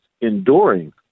enduring